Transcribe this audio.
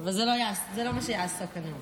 אבל זה לא מה שיעסוק בו הנאום.